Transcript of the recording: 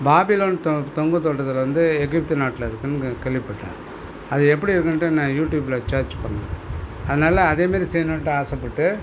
Babylon தொ தொங்கும் தோட்டத்தில் வந்து எகிப்து நாட்டில் இருக்குன்னு கேள்விப்பட்டேன் அது எப்படி இருக்குன்ட்டு நான் யூட்யூப்பில் சர்ச் பண்ணேன் அதனால் அதேமாரி செய்யணுன்ட்டு ஆசைப்பட்டு